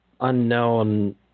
unknown